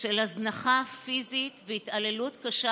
של הזנחה פיזית והתעללות קשה